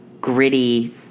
gritty